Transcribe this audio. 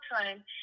time